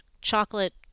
chocolate